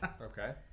Okay